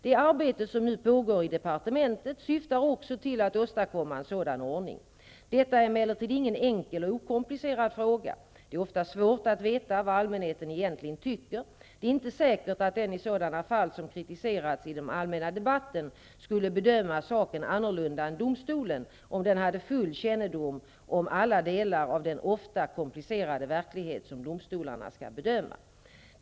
Det arbete som nu pågår i departementet syftar också till att åstadkomma en sådan ordning. Detta är emellertid ingen enkel och okomplicerad fråga. Det är ofta svårt att veta vad allmänheten egentligen tycker. Det är inte säkert att den i sådana fall som kritiserats i den allmänna debatten skulle bedöma saken annorlunda än domstolen om den hade full kännedom om alla delar av den ofta komplicerade verklighet som domstolen skall bedöma.